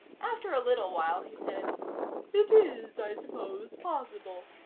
after a little while he said it is, i suppose, possible.